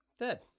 dead